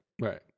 Right